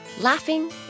laughing